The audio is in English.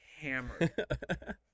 hammered